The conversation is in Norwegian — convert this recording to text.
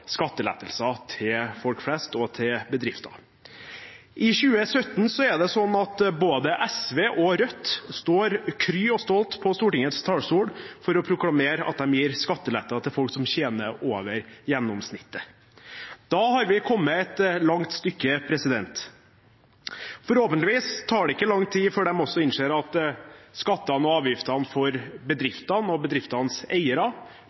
skattelettelser til folk flest og til bedrifter. I 2017 er det sånn at både SV og Rødt står kry og stolte på Stortingets talerstol for å proklamere at de gir skatteletter til folk som tjener over gjennomsnittet. Da har vi kommet et langt stykke. Forhåpentligvis tar det ikke lang tid før de også innser at skattene og avgiftene for bedriftene og bedriftenes eiere